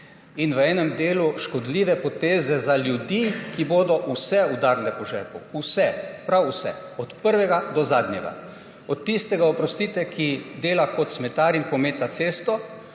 in v enem delu škodljive poteze za ljudi, ki jih bodo vse udarile po žepu. Vse, prav vse, od prvega do zadnjega, od tistega, oprostite, ki dela kot smetar in pometa cesto,